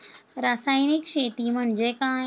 रासायनिक शेती म्हणजे काय?